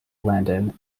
landen